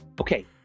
okay